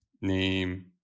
name